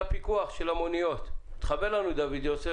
אנחנו אחראים על הפיקוח הפלילי והמינהלתי ברשות לתחבורה ציבורית.